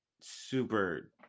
super